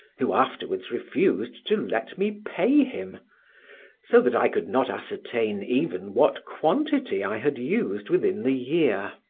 who afterwards refused to let me pay him so that i could not ascertain even what quantity i had used within the year.